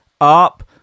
up